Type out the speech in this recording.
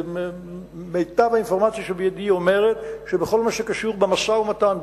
מיטב האינפורמציה שבידי אומרת שבכל מה שקשור במשא-ומתן,